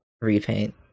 repaint